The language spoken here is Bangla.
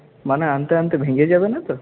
মানে আনতে আনতে ভেঙে যাবে না তো